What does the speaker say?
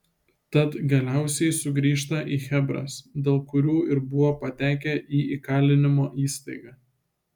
tad galiausiai sugrįžta į chebras dėl kurių ir buvo patekę į įkalinimo įstaigą